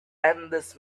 endless